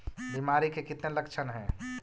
बीमारी के कितने लक्षण हैं?